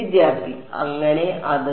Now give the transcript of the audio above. വിദ്യാർത്ഥി അങ്ങനെ അത്